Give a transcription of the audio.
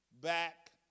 back